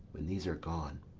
when these are gone,